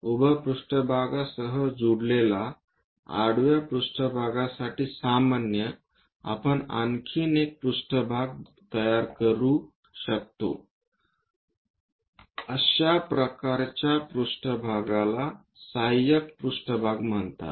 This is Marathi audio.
उभ्या पृष्ठभागा सह झुकलेल्या आडवा पृष्ठभागासाठी सामान्य आपण आणखी एक पृष्ठभाग तयार करू शकतो अशा प्रकारच्या पृष्ठभागाला सहाय्यक पृष्ठभाग म्हणतात